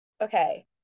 okay